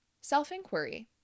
self-inquiry